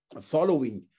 following